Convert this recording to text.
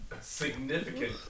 significant